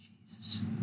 Jesus